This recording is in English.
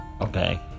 Okay